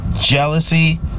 Jealousy